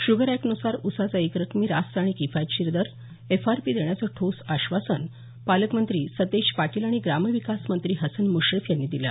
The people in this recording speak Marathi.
शुगर एक्टनुसार उसाचा एक रकमी रास्त आणि किफायतशीर दर एफआरपी देण्याचं ठोस आश्वासन पालकमंत्री सतेज पाटील आणि ग्रामविकास मंत्री हसन मुश्रीफ यांनी दिलं